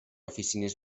oficines